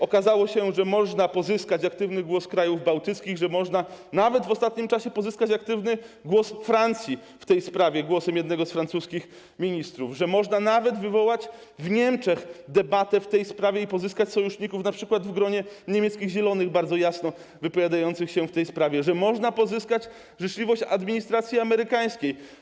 Okazało się, że można pozyskać aktywny głos krajów bałtyckich; że można nawet w ostatnim czasie pozyskać aktywny głos Francji, głos jednego z francuskich ministrów; że można nawet wywołać w Niemczech debatę i pozyskać sojuszników, np. w gronie niemieckich Zielonych bardzo jasno wypowiadających się w tej sprawie; że można pozyskać życzliwość administracji amerykańskiej.